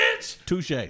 Touche